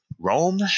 Rome